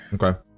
Okay